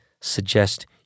suggest